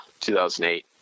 2008